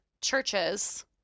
churches